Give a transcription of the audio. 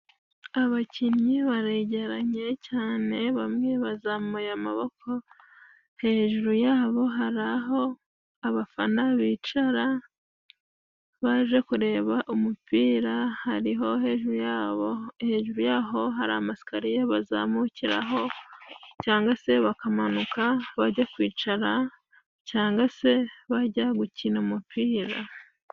Abakinnyi baregeranye cyane bamwe bazamuye amaboko hejuru yabo hari aho abafana bicara baje kureba umupira, hariho hejuru yabo hejuru yaho hari amasikaririya bazamukiraho cyangwa se bakamanuka bajya kwicara cyangwa se bajya gukina umupira.